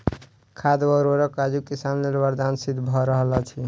खाद वा उर्वरक आजुक किसान लेल वरदान सिद्ध भ रहल अछि